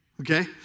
Okay